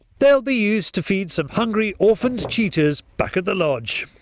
they will be used to feed some hungry orphaned cheetahs back ah the lodge.